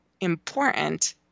important